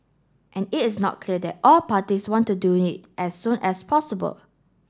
and it is not clear that all the parties want to do it as soon as possible